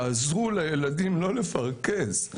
תעזרו לילדים לא לפרכס.